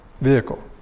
vehicle